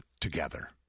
together